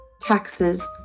taxes